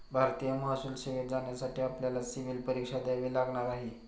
भारतीय महसूल सेवेत जाण्यासाठी आपल्याला सिव्हील परीक्षा द्यावी लागणार आहे